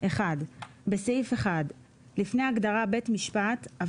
(1) בסעיף 1 - (א) לפני ההגדרה "בית משפט" יבוא: